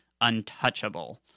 untouchable